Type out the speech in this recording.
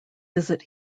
visit